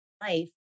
life